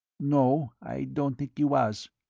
no, i don't think he was.